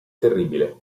terribile